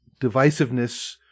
divisiveness